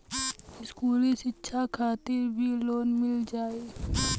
इस्कुली शिक्षा खातिर भी लोन मिल जाई?